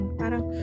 parang